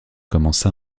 commença